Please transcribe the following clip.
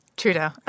Trudeau